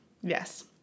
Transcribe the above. Yes